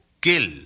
kill